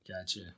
gotcha